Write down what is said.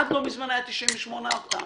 עד לא מזמן היה 98 אוקטן.